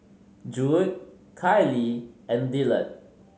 Judd Kiley and Dillard